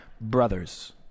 Brothers